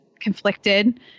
conflicted